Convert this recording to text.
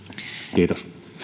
kiitos